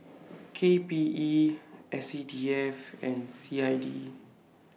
K P E S C D F and C I D